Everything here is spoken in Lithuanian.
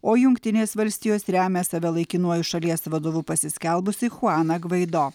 o jungtinės valstijos remia save laikinuoju šalies vadovu pasiskelbusį chuaną gvaido